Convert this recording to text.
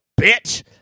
bitch